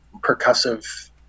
percussive